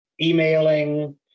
emailing